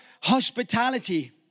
hospitality